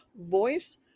voice